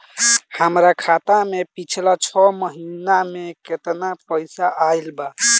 हमरा खाता मे पिछला छह महीना मे केतना पैसा आईल बा?